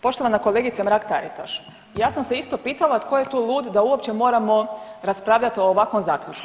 Poštovana kolegice Mrak Taritaš, ja sam se isto pitala tko je tu lud da uopće moramo raspravljati o ovakvom zaključku.